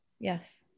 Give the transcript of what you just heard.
yes